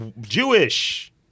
Jewish